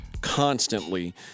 constantly